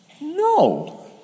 No